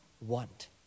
want